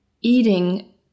eating